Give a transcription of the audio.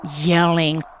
yelling